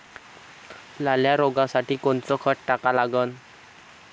लाल्या रोगासाठी कोनचं खत टाका लागन?